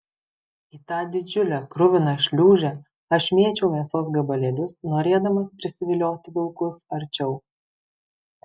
į tą didžiulę kruviną šliūžę aš mėčiau mėsos gabalėlius norėdamas prisivilioti vilkus arčiau